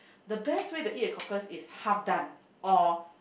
the best way to eat a cockles is half done or